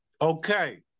Okay